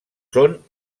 són